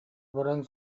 баран